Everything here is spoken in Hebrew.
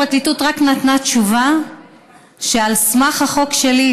הפרקליטות רק נתנה תשובה שעל סמך החוק שלי,